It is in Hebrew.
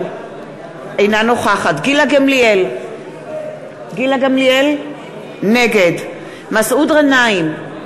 נוכחת גילה גמליאל, נגד מסעוד גנאים,